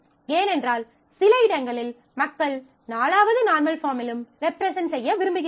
ஏனென்றால் சில இடங்களில் மக்கள் 4வது நார்மல் பாஃர்ம்மிலும் ரெப்ரெசென்ட் செய்ய விரும்புகிறார்கள்